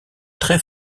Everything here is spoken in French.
très